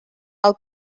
how